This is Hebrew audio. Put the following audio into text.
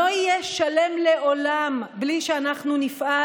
לא יהיה שלם לעולם בלי שאנחנו נפעל